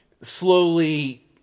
slowly